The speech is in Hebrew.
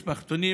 משפחתונים,